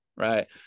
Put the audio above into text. Right